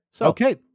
Okay